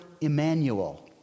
Emmanuel